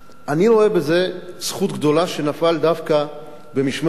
אני רואה בזה זכות גדולה שנפלה דווקא במשמרת שלי,